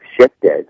shifted